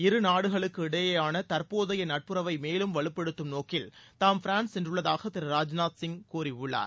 இரு நாடுகளுக்கு இடையேயான தற்போதைய நட்புறவை மேலும் வலுப்படுத்தும் நோக்கில் தாம் பிரான்ஸ் சென்றுள்ளதாக திரு ராஜ்நாத் சிங் கூறியுள்ளார்